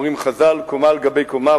אומרים חז"ל: קומה על גבי קומה.